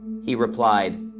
he replied,